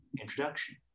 introduction